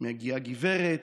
מגיעה גברת,